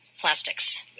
plastics